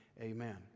Amen